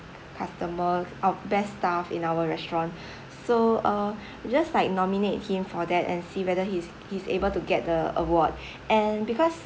customer uh best staff in our restaurant so uh we just like nominate him for that and see whether he's he's able to get the award and because